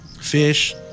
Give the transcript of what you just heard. fish